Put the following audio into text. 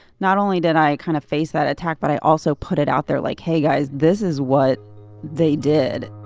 not only did i kind of face that attack but i also put it out there like, hey, guys, this is what they did.